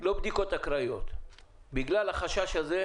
לא בדיקות אקראיות, בגלל החשש הזה,